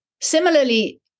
Similarly